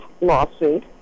lawsuit